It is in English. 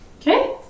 Okay